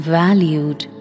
valued